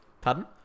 Pardon